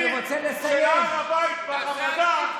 אני מבין שלהר הבית ברמדאן,